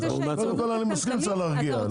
אני מסכים שצריך להרגיע.